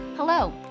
Hello